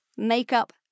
Makeup